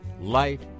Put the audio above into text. light